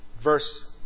verse